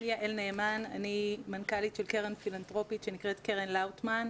אני מנכ"לית של קרן פילנטרופית שנקראת "קרן לאוטמן".